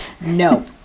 no